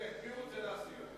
של מי הוא רוצה להסיר?